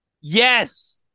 Yes